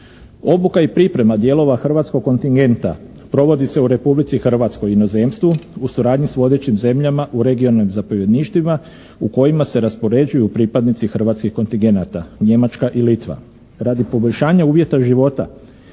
Obuka i priprema dijelova hrvatskog kontingenta provodi se u Republici Hrvatskoj i inozemstvu u suradnji s vodećim zemljama u regionalnim zapovjedništvima u kojima se raspoređuju pripadnici hrvatskog kontingenata, Njemačka i Litva.